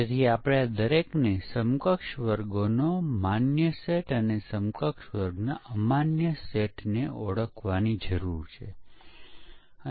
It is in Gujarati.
ચાલો હવે આ શરતોને યોગ્ય કરીએ કારણ કે તમે આ શરતો - ભૂલ ખામી અને નિષ્ફળતા વાપરવા જઇ રહ્યા છો